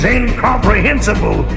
incomprehensible